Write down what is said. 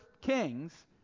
Kings